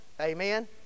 Amen